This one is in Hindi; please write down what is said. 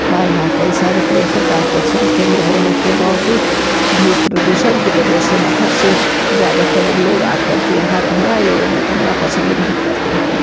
हमारे यहाँ कई सारे पर्यटक का आकर्षण केंद्र होने के बावजूद भी प्रदूषण की वजह से बाहर से ज़्यादातर लोग आकर के यहाँ रहना एवं घूमना पसंद नहीं करते हैं